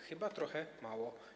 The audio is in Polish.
Chyba trochę mało.